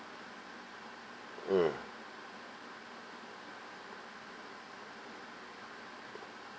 mm